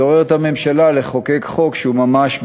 מתעוררת הממשלה לחוקק חוק שממש,